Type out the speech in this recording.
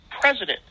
president